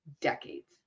decades